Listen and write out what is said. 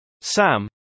Sam